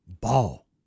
ball